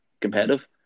competitive